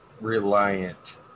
reliant